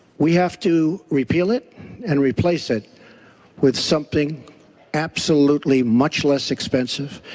we have to repeal it and replace it with something absolutely much less expensive.